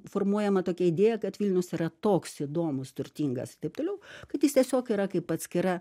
formuojama tokia idėja kad vilnius yra toks įdomus turtingas ir taip toliau kad jis tiesiog yra kaip atskira